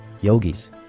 yogis